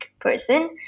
person